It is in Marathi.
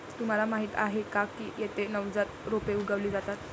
तुम्हाला माहीत आहे का की येथे नवजात रोपे उगवली जातात